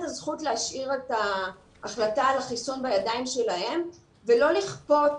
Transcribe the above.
הזכות להשאיר את ההחלטה על החיסון בידיים שלהם ולא לכפות